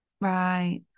Right